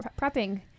prepping